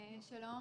שלום.